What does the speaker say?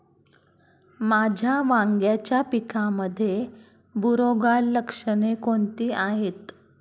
माझ्या वांग्याच्या पिकामध्ये बुरोगाल लक्षणे कोणती आहेत?